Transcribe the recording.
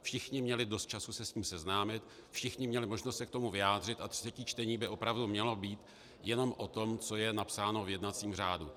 Všichni měli dost času se s tím seznámit, všichni měli možnost se k tomu vyjádřit a třetí čtení by opravdu mělo být jenom o tom, co je napsáno v jednacím řádu.